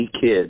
kid